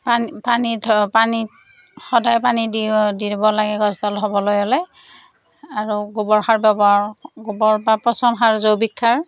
পানী পানী থোৱা পানী সদায় পানী দিব দিব লাগে গছডাল হ'বলৈ হ'লে আৰু গোবৰ সাৰ ব্যৱহাৰ গোবৰ বা পচন সাৰ জৈৱিক সাৰ